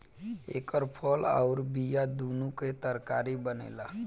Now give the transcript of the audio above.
एकर फल अउर बिया दूनो से तरकारी बनेला